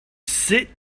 sit